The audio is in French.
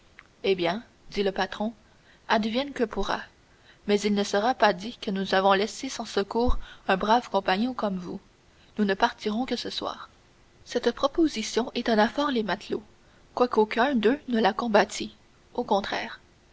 eh bien dit le patron advienne que pourra mais il ne sera pas dit que nous avons laissé sans secours un brave compagnon comme vous nous ne partirons que ce soir cette proposition étonna fort les matelots quoique aucun d'eux ne la combattît au contraire